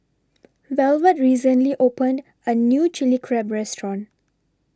Velvet recently opened A New Chilli Crab Restaurant